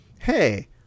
hey